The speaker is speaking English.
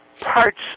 parts